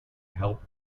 help